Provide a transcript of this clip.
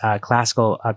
classical